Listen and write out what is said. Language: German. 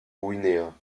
guinea